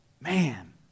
Man